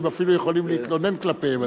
הם אפילו יכולים להתלונן כלפיהם.